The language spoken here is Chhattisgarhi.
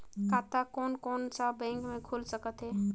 खाता कोन कोन सा बैंक के खुल सकथे?